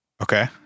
Okay